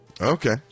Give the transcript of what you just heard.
Okay